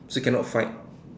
so cannot fight